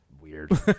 weird